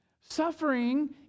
Suffering